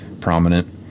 prominent